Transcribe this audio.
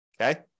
okay